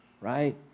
right